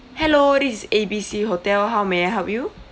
hello this is A B C hotel how may I help you